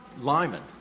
Lyman